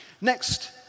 Next